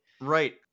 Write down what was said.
Right